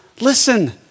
listen